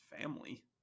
family